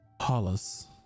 Hollis